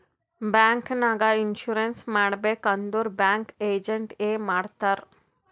bank ನಾಗ್ insurance ಮಾಡಬೇಕ್ ಅಂದುರ್ ಬ್ಯಾಂಕ್ ಏಜೆಂಟ್ ಎ ಮಾಡ್ತಾರ್